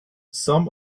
some